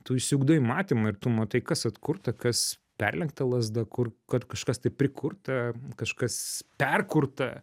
tu išsiugdai matymą ir tu matai kas atkurta kas perlenkta lazda kur kad kažkas tai prikurta kažkas perkurta